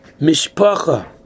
mishpacha